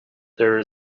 there